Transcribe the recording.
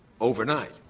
overnight